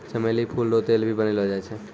चमेली फूल रो तेल भी बनैलो जाय छै